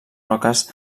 roques